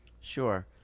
sure